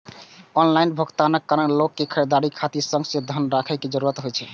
online भुगतानक कारण लोक कें खरीदारी खातिर संग मे धन राखै के जरूरत नै होइ छै